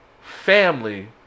family